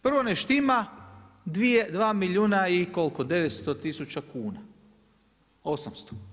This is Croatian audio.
Prvo ne štima 2 milijuna i koliko, 900 tisuća kuna, 800.